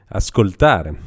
ascoltare